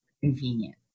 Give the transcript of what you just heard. Convenient